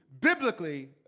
biblically